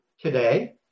today